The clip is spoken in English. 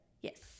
Yes